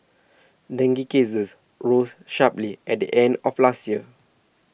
dengue cases rose sharply at the end of last year